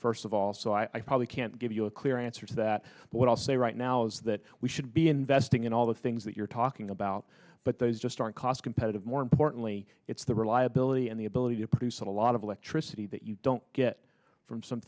first of all so i probably can't give you a clear answer to that but i'll say right now is that we should be investing in all the things that you're talking about but they just aren't cost competitive more importantly it's the reliability and the ability to produce a lot of electricity that you don't get from some